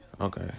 Okay